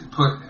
put